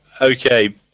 Okay